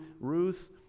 Ruth